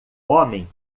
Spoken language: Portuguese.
homem